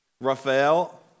Raphael